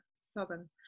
Southern